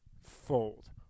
fold